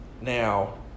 now –